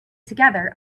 together